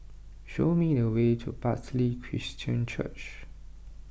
show me the way to Bartley Christian Church